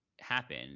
happen